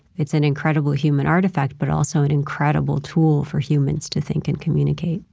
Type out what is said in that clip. it's an incredible human artifact, but also an incredible tool for humans to think and communicate.